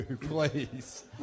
please